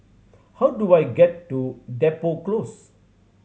how do I get to Depot Close